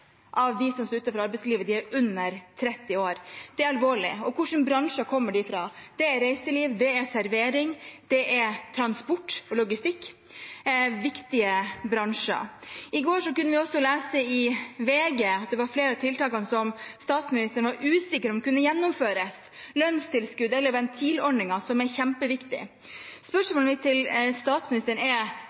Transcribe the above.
av dem som står utenfor arbeidslivet, under 30 år. Det er alvorlig. Og hvilke bransjer kommer de fra? Det er reiseliv, det er servering, det er transport og logistikk – viktige bransjer. I går kunne vi også lese i VG at det var flere av tiltakene som statsministeren var usikker på om kunne gjennomføres: lønnstilskudd eller ventilordningen, som er kjempeviktig. Spørsmålet mitt til statsministeren er: